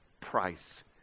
price